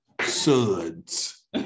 suds